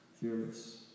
Fearless